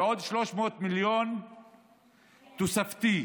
ועוד 300 מיליון תוספתי.